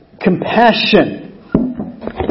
Compassion